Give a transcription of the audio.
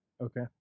okay